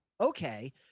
okay –